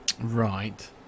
Right